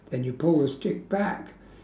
and you pull the stick back